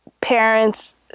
parents